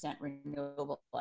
renewable